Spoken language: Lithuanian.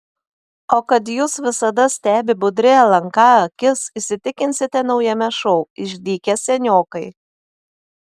o kad jus visada stebi budri lnk akis įsitikinsite naujame šou išdykę seniokai